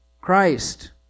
Christ